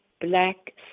black